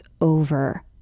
over